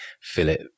Philip